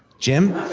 jim?